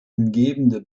umgebende